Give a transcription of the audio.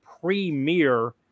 premier